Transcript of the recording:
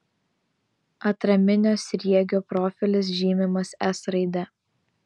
atraminio sriegio profilis žymimas s raide